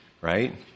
right